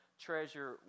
treasure